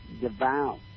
devout